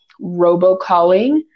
robocalling